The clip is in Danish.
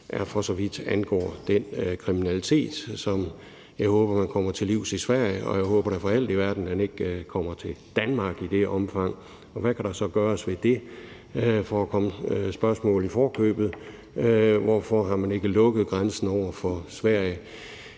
for så vidt den kriminalitet, som jeg håber man kommer til livs i Sverige, og jeg håber da for alt i verden, at den ikke kommer til Danmark i det omfang. For at komme det i forkøbet kan man spørge: Hvad kan der så gøres ved det, og hvorfor har man ikke lukket grænsen over for Sverige?